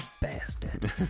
bastard